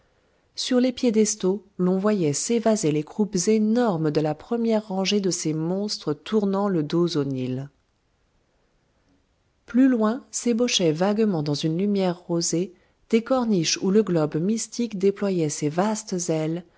sur les piédestaux l'on voyait s'évaser les croupes énormes de la première rangée de ces monstres tournant le dos au nil plus loin s'ébauchaient vaguement dans une lumière rosée des corniches où le globe mystique déployait ses vastes ailes